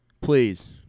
Please